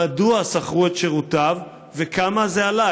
מדוע שכרו את שירותיו, וכמה זה עלה?